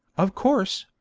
of course,